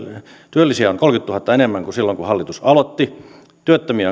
työllisiä on kolmenkymmenentuhannen enemmän kuin silloin kun hallitus aloitti ja työttömiä